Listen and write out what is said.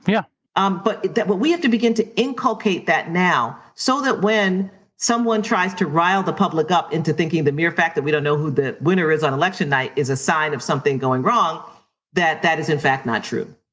yeah um but but we have to begin to inculcate that now, so that when someone tries to rile the public up into thinking of the mere fact that we don't know who the winner is on election night is a sign of something going wrong that that is in fact not true.